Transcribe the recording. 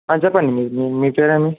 చెప్పండి మీ మీపేరేమి